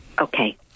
Okay